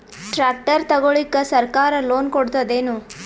Tractor ತಗೊಳಿಕ ಸರ್ಕಾರ loan ಕೊಡತದೇನು?